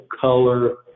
color